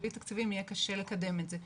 בלי תקציבים יהיה קשה לקדם את זה.